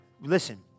Listen